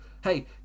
Hey